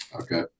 Okay